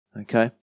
Okay